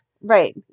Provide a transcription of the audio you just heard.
Right